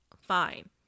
fine